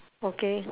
okay